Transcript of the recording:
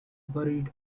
buried